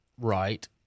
Right